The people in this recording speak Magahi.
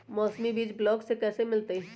मौसमी बीज ब्लॉक से कैसे मिलताई?